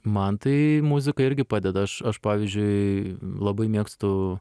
man tai muzika irgi padeda aš aš pavyzdžiui labai mėgstu